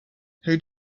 who